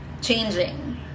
changing